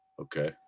Okay